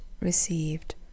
received